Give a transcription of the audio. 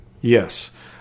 Yes